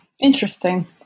interesting